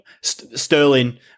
Sterling